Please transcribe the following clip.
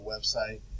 website